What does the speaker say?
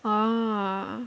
orh